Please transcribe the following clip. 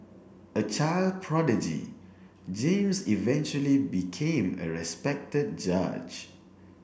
a child prodigy James eventually became a respected judge